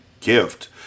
gift